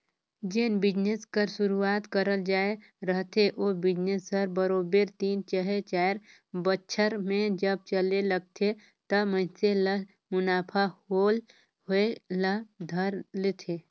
जेन बिजनेस कर सुरूवात करल जाए रहथे ओ बिजनेस हर बरोबेर तीन चहे चाएर बछर में जब चले लगथे त मइनसे ल मुनाफा होए ल धर लेथे